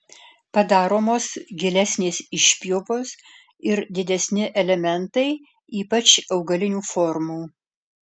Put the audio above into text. padaromos gilesnės išpjovos ir didesni elementai ypač augalinių formų